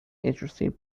interesting